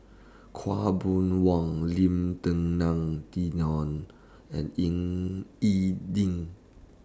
Khaw Boon Wan Lim Denan Denon and Ying E Ding